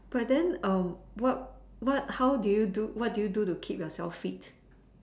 but then um what what how do you do what do you do to keep yourself fit